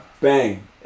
Bang